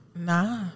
Nah